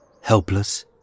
helpless